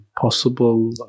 possible